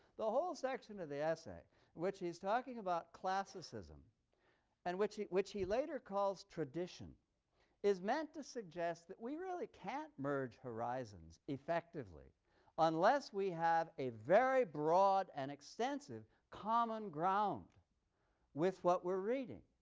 the whole section of the essay in which he's talking about classicism and which he which he later calls tradition is meant to suggest that we really can't merge horizons effectively unless we have a very broad and extensive common ground with what we're reading.